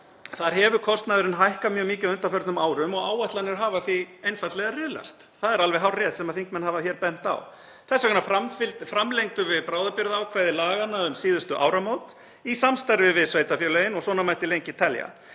Þar hefur kostnaðurinn hækkað mjög mikið á undanförnum árum og áætlanir hafa því einfaldlega riðlast, það er alveg hárrétt sem þingmenn hafa bent á. Þess vegna framlengdum við bráðabirgðaákvæði laganna um síðustu áramót í samstarfi við sveitarfélögin og svona mætti lengi telja.